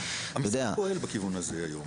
אתה יודע --- המשרד פועל בכיוון הזה היום,